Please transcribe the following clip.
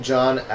John